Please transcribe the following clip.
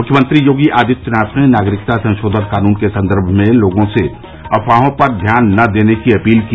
मुख्यमंत्री योगी आदित्यनाथ ने नागरिता संशोधन कानून के संदर्भ में लोगों से अफवाहों पर ध्यान नहीं देने अपील की